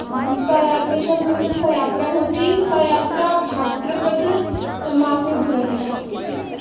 सा यात् तेषां कृते सा यात्रा भवति सा यात्रा भाद्रपदमासे भवति